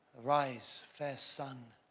arise, fair sun,